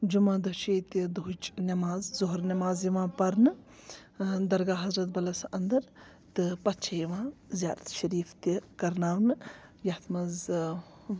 جُمعہ دۄہ چھِ ییٚتہِ دۅہٕچ نٮ۪ماز ظہوٗر نٮ۪ماز یِوان پَرنہٕ درگاہ حضرت بَلَس اَنٛدر تہٕ پَتہٕ چھِ یِوان زِیارت شریٖف تہِ کَرناونہٕ یَتھ منٛز